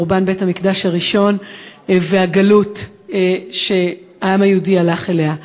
חורבן בית-המקדש הראשון והגלות שהעם היהודי הלך אליה.